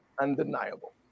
undeniable